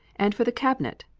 and for the cabinet,